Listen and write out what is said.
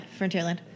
Frontierland